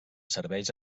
serveis